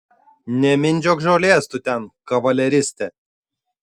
nemindžiok žolės tu ten kavaleriste